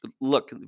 look